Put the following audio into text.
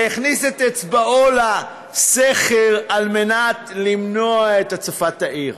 שהכניס את אצבעו לסכר על מנת למנוע את הצפת העיר.